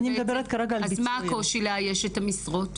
אז מה הקושי לאייש את המשרות?